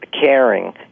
caring